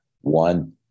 One